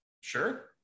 Sure